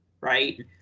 right